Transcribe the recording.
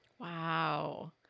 Wow